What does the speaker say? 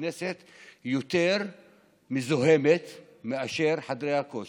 הכנסת יותר מזוהמת מאשר חדרי הכושר.